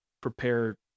prepare